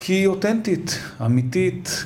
כי היא אותנטית, אמיתית.